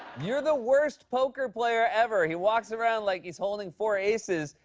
you're the worst poker player ever. he walks around like he's holding four aces,